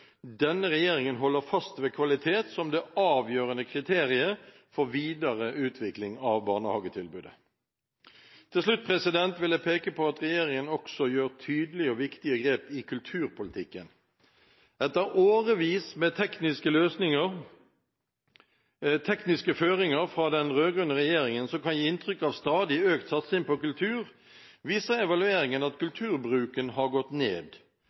Denne regjeringen holder fast ved kvalitet som det avgjørende kriteriet for videre utvikling av barnehagetilbudet. Til slutt vil jeg peke på at regjeringen også gjør tydelige og viktige grep i kulturpolitikken. Etter årevis med tekniske føringer fra den rød-grønne regjeringen som kan gi inntrykk av stadig økt satsing på kultur, viser evalueringen at kulturbruken har gått ned.